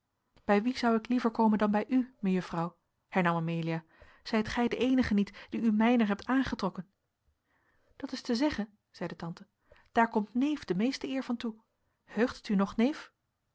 bij wie zou ik liever komen dan bij u mejuffrouw hernam amelia zijt gij de eenige niet die u mijner hebt aangetrokken dat is te zeggen zeide tante daar komt neef de meeste eer van toe heugt het u nog neef